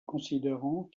considérant